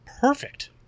perfect